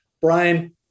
Brian